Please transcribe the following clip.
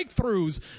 breakthroughs